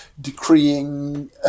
decreeing